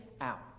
out